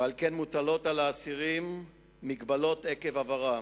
ועל כן מוטלות על האסירים מגבלות עקב עברם,